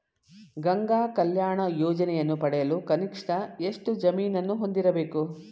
ಗಂಗಾ ಕಲ್ಯಾಣ ಯೋಜನೆಯನ್ನು ಪಡೆಯಲು ಕನಿಷ್ಠ ಎಷ್ಟು ಜಮೀನನ್ನು ಹೊಂದಿರಬೇಕು?